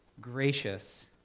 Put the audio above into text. gracious